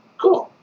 Cool